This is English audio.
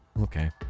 okay